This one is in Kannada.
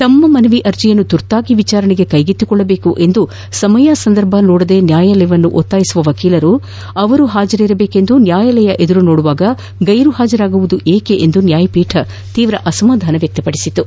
ತಮ್ಮ ಮನವಿ ಅರ್ಜಿಯನ್ನು ತುರ್ತಾಗಿ ವಿಚಾರಣೆಗೆ ಕೈಗೆತ್ತಿಕೊಳ್ಳಬೇಕು ಎಂದು ಸಮಯ ಸಂದರ್ಭ ನೋಡದೇ ನ್ಯಾಯಾಲಯವನ್ನು ಒತ್ತಾಯಿಸುವ ವಕೀಲರು ಅವರು ಹಾಜರಿರಬೇಕೆಂದು ನ್ಯಾಯಾಲಯ ಎದುರು ನೋಡುವಾಗ ಗೈರು ಹಾಜರಾಗುವುದು ಏಕೆ ಎಂದು ನ್ಯಾಯಪೀಠ ತೀವ್ರ ಅಸಮಾಧಾನ ವ್ಯಕ್ತಪದಿಸಿತು